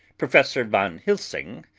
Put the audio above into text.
professor van helsing,